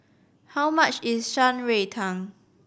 how much is Shan Rui Tang